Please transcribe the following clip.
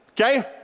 okay